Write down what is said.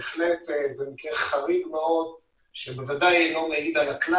זה מקרה חריג מאוד שבוודאי אינו מעיד על הכלל.